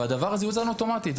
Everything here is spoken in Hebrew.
והדבר הזה יוזן אוטומטית.